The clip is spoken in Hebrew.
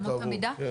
לאמות המידה?